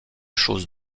chose